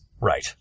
Right